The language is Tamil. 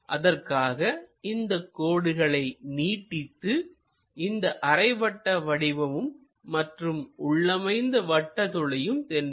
அதற்காக இந்த கோடுகளை நீட்டித்துஇந்த அரைவட்ட வடிவமும் மற்றும் உள்ளமைந்த வட்ட துளையும் தென்படும்